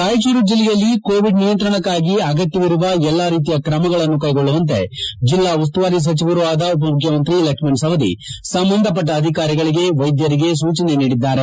ರಾಯಚೂರು ಜಿಲ್ಲೆಯಲ್ಲಿ ಕೋವಿಡ್ ನಿಯಂತ್ರಣಕ್ಕಾಗಿ ಅಗತ್ಯವಿರುವ ಎಲ್ಲಾ ರೀತಿಯ ಕ್ರಮಗಳನ್ನು ಕೈಗೊಳ್ಳುವಂತೆ ಜಿಲ್ಲಾ ಉಸ್ತುವಾರಿ ಸಚಿವರೂ ಅದ ಉಪಮುಖ್ಯಮಂತ್ರಿ ಲಕ್ಷ್ಮಣ ಸವದಿ ಸಂಬಂಧಪಟ್ಟ ಅಧಿಕಾರಿಗಳು ವೈದ್ಯರಿಗೆ ಸೂಚನೆ ನೀಡಿದ್ದಾರೆ